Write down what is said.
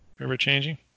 Ever-changing